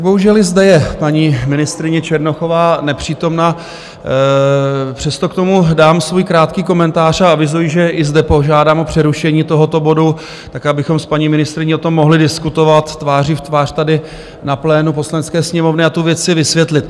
Bohužel i zde je paní ministryně Černochová nepřítomna, přesto k tomu dám svůj krátký komentář a avizuji, že i zde požádám o přerušení tohoto bodu, abychom s paní ministryní o tom mohli diskutovat tváří v tvář tady na plénu Poslanecké sněmovny a tu věc si vysvětlit.